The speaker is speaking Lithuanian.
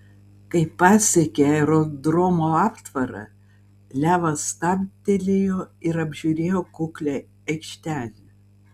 kai pasiekė aerodromo aptvarą levas stabtelėjo ir apžiūrėjo kuklią aikštelę